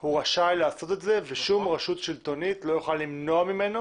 הוא רשאי לעשות את זה ושום רשות שלטונית לא יכולה למנוע ממנו